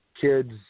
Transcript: kids